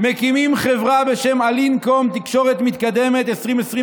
ומקימים חברה בשם אלין קום תקשורת מתקדמת (2021)